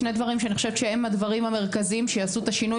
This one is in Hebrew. שני דברים שאני חושבת שהם הדברים המרכזיים שיעשו את השינוי,